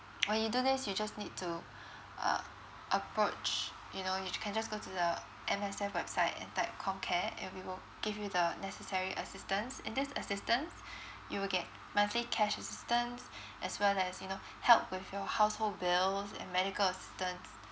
when you do this you just need to uh approach you know you can just go to the M_S_F website and type comcare and we will give you the necessary assistance in this assistance you will get monthly cash assistance as well as you know help with your household bills and medical assistance